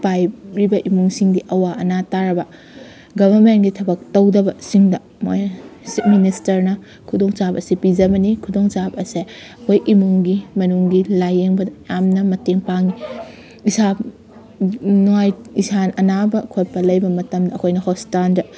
ꯄꯥꯏꯔꯤꯕ ꯏꯃꯨꯡꯁꯤꯡꯗꯤ ꯑꯋꯥ ꯑꯅꯥ ꯇꯥꯔꯕ ꯒꯕꯔꯃꯦꯟꯒꯤ ꯊꯕꯛ ꯇꯧꯗꯕꯁꯤꯡꯗ ꯃꯣꯏꯅ ꯆꯤꯞ ꯃꯤꯅꯤꯁꯇꯔꯅ ꯈꯨꯗꯣꯡ ꯆꯥꯕ ꯑꯁꯤ ꯄꯤꯖꯕꯅꯤ ꯈꯨꯗꯣꯡ ꯆꯥꯕ ꯑꯁꯦ ꯑꯩꯈꯣꯏ ꯏꯃꯨꯡꯒꯤ ꯃꯅꯨꯡꯒꯤ ꯂꯥꯏꯌꯦꯡꯕꯗ ꯌꯥꯝꯅ ꯃꯇꯦꯡ ꯄꯥꯡꯏ ꯏꯁꯥ ꯏꯁꯥ ꯑꯅꯥꯕ ꯈꯣꯠꯄ ꯂꯩꯕ ꯃꯇꯝꯗ ꯑꯩꯈꯣꯏꯅ ꯍꯣꯁꯄꯤꯇꯥꯜꯗ